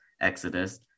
exodus